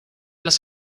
las